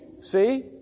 See